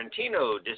Tarantino